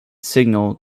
signal